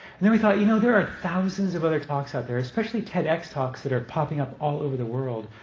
and then we thought, you know, there are thousands of other talks out there, especially tedx talks, that are popping up all over the world.